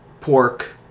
pork